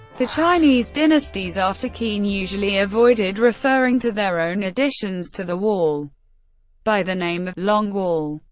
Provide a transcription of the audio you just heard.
the chinese dynasties after qin usually avoided referring to their own additions to the wall by the name long wall.